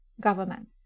government